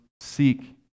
seek